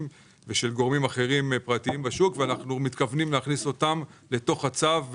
ושל גורמים פרטיים בשוק שאנחנו מתכוונים להכניס לתוך הצו.